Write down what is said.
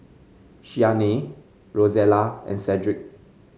Shyanne Rosella and Sedrick